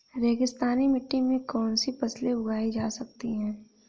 रेगिस्तानी मिट्टी में कौनसी फसलें उगाई जा सकती हैं?